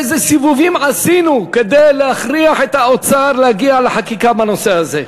איזה סיבובים עשינו כדי להכריח את האוצר להגיע לחקיקה בנושא הזה.